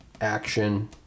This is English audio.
action